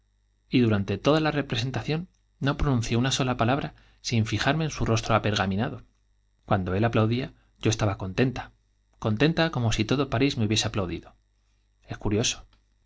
y durante sola palabra sin en tación no pronuncié una fijarme su rostro apergaminado cuando él aplaudía yo estaba contenta contenta como si todo parís me hubiese aplaudido es curioso